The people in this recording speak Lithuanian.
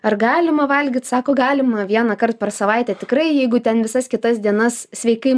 ar galima valgyt sako galima vienąkart per savaitę tikrai jeigu ten visas kitas dienas sveikai